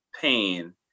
pain